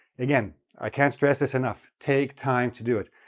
again, i can't stress this enough, take time to do it.